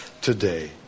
today